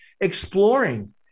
exploring